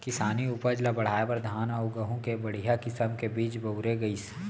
किसानी उपज ल बढ़ाए बर धान अउ गहूँ के बड़िहा किसम के बीज बउरे गइस